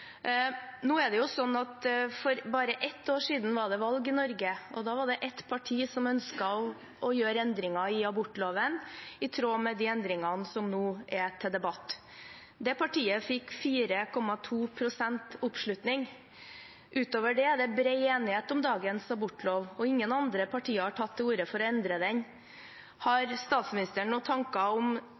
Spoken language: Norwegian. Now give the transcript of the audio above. valg i Norge, og da var det ett parti som ønsket å gjøre endringer i abortloven, i tråd med de endringene som nå er til debatt. Det partiet fikk 4,2 pst. oppslutning. Utover det er det bred enighet om dagens abortlov, og ingen andre partier har tatt til orde for å endre den. Har statsministeren noen tanker om